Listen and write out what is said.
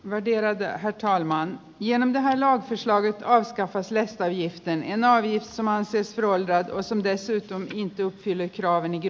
mediaväkeä ja thaimaan ja nämähän on iso askel rosles päihittäneen audi mietintö on siis joilta osan esittämiin tiukkine yksimielinen